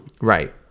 right